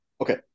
Okay